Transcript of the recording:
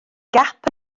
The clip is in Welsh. gap